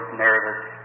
nervous